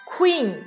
Queen